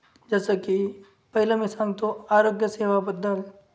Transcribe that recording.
जसं की पहिलं मी सांगतो आरोग्यसेवाबद्दल